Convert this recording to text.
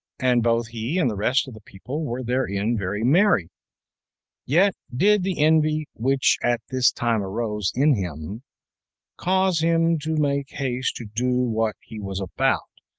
and both he and the rest of the people were therein very merry yet did the envy which at this time arose in him cause him to make haste to do what he was about,